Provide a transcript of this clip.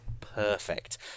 perfect